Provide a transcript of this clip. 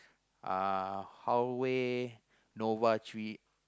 uh Huawei Nova three